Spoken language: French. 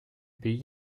pays